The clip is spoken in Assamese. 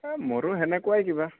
মোৰো সেনেকুৱাই কিবা